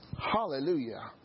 Hallelujah